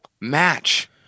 match